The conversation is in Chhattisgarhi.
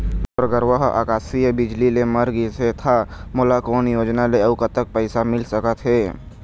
मोर गरवा हा आकसीय बिजली ले मर गिस हे था मोला कोन योजना ले अऊ कतक पैसा मिल सका थे?